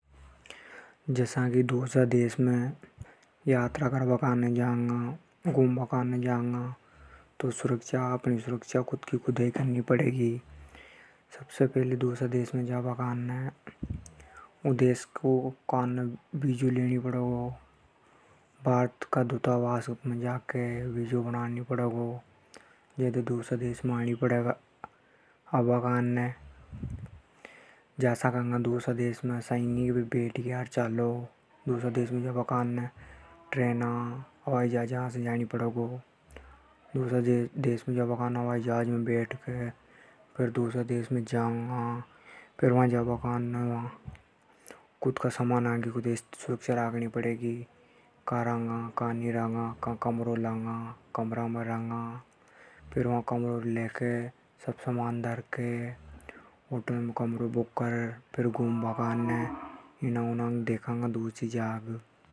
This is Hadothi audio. जसा दूसरा देश में यात्रा करबा जांगा। तो अपणी सुरक्षा खुद हे ही करनी पड़े। दूसरा देश में जाबा काने वीजा लेनी पड़े। जद ही दूसरा देश में जा सका। असा ही नी के बैठ ग्या चलो। वा जाबा काने हवाई जहाज से जाणी पड़ेगो। खुद का सामान की सुरक्षा खुद हे ही करनी पड़े गी। वा कई कई कमरों लेके सामान धर के फेर घूमबा जांगा ।